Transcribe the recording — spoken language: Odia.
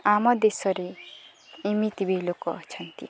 ଆମ ଦେଶରେ ଏମିତି ବିି ଲୋକ ଅଛନ୍ତି